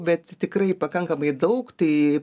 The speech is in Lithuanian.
bet tikrai pakankamai daug tai